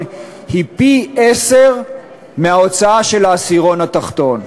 היא פי-עשרה מההוצאה של העשירון התחתון?